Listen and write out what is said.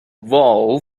vow